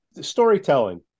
Storytelling